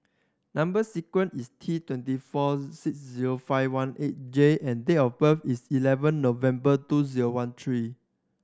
number sequence is T twenty four six zero five one eight J and date of birth is eleven November two zreo one three